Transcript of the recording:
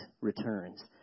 returns